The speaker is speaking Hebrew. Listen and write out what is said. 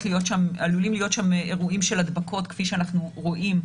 להיות שם אירועים של הדבקות כפי שאנחנו רואים,